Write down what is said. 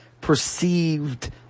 perceived